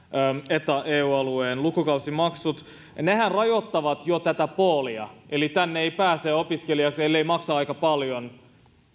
eta ja eu alueen lukukausimaksut ja nehän rajoittavat jo tätä poolia eli tänne ei pääse opiskelijaksi ellei maksa aika paljon